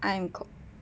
I'm qu~